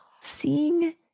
seeing